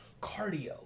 cardio